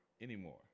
Anymore